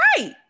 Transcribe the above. right